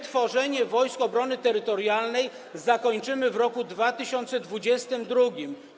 Tworzenie Wojsk Obrony Terytorialnej zakończymy w roku 2022.